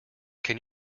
can